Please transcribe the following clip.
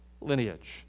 lineage